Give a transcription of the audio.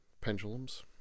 pendulums